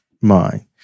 mind